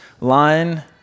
line